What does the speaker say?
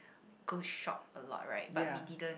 go shop a lot right but we didn't